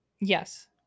Yes